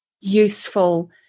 useful